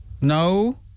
No